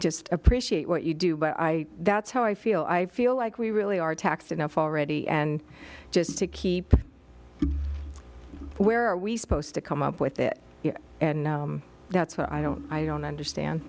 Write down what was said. just appreciate what you do but i that's how i feel i feel like we really are taxed enough already and just to keep where are we supposed to come up with it and that's what i don't i don't understand